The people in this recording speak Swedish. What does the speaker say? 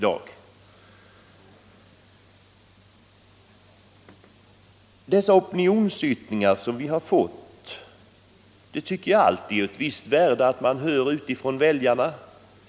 Jag tycker alltid att det är av ett visst värde att få opinionsyttringar från väljarna.